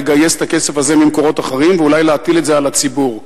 לגייס את הכסף הזה ממקורות אחרים ואולי להטיל את זה על הציבור.